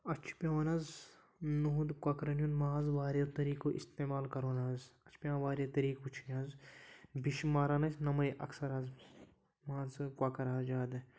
اَسہِ چھُ پٮ۪وان حظ یِہُنٛد کۄکرَن ہُنٛد ماز واریِہو طریٖقو اِستعمال کَرُن حظ اَتھ چھِ پٮ۪وان واریاہ طریٖقہٕ وٕچھِنۍ حظ بیٚیہِ چھِ ماران أسۍ یِمَے اَکثر حظ مان ژٕ کۄکَر حظ زیادٕ